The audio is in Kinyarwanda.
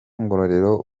ngororero